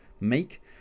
make